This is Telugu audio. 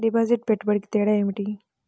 డిపాజిట్కి పెట్టుబడికి తేడా?